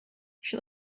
she